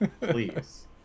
please